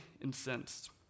incensed